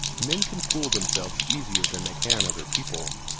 men can fool themselves easier than they can other people.